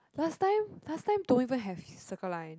last time last time don't even have Circle Line